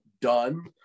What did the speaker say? done